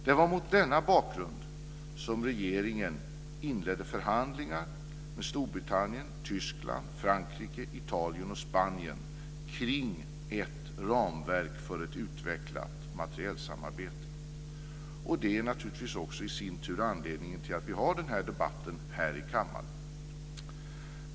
Det var mot denna bakgrund som regeringen inledde förhandlingar med Storbritannien, Tyskland, Frankrike, Italien och Spanien kring ett ramverk för ett utvecklat materielsamarbete. Och det är naturligtvis i sin tur anledningen till att vi har den här debatten här i kammaren.